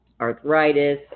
arthritis